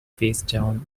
facedown